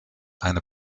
eine